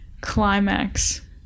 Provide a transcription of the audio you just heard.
climax